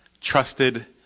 trusted